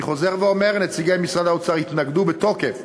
אני חוזר ואומר: נציגי משרד האוצר התנגדו בתוקף,